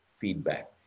feedback